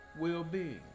well-being